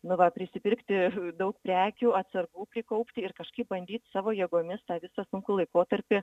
nu va prisipirkti daug prekių atsargų prikaupti ir kažkaip bandyt savo jėgomis tą visą sunkų laikotarpį